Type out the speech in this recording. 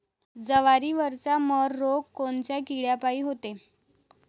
जवारीवरचा मर रोग कोनच्या किड्यापायी होते?